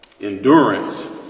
endurance